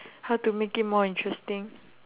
how to make it more interesting